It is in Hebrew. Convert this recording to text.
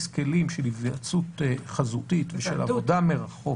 כלים של היוועצות חזותית ושל עבודה מרחוק